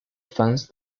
fans